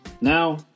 Now